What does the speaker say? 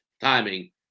timing